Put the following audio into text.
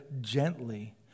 gently